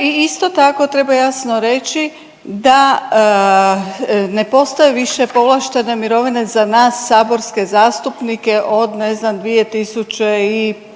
i isto tako, treba jasno reći da ne postoje više povlaštene mirovine za nas saborske zastupnike, od ne znam, 2000 i